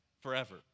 forever